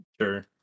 Sure